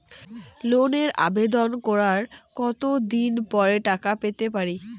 লোনের আবেদন করার কত দিন পরে টাকা পেতে পারি?